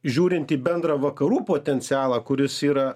žiūrint į bendrą vakarų potencialą kuris yra